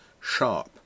sharp